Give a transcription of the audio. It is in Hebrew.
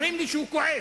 אומרים לי שהוא כועס.